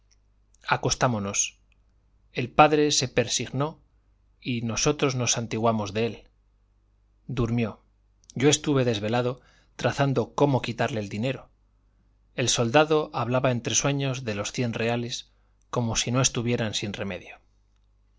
acostámonos el padre se persinó y nosotros nos santiguamos de él durmió yo estuve desvelado trazando cómo quitarle el dinero el soldado hablaba entre sueños de los cien reales como si no estuvieran sin remedio